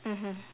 mmhmm